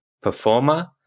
performer